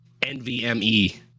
NVMe